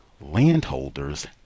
landholders